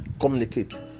communicate